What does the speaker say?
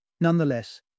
Nonetheless